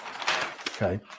Okay